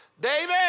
David